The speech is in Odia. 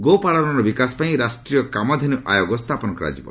ଗୋପାଳନର ବିକାଶ ପାଇଁ ରାଷ୍ଟ୍ରୀୟ କାମଧେନୁ ଆୟୋଗ ସ୍ଥାପନ କରାଯିବ